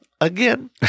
again